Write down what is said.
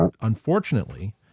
unfortunately